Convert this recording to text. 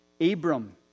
Abram